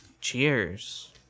Cheers